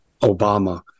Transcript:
Obama